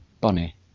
Bonnie